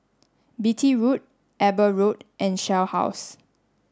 Beatty Road Eber Road and Shell House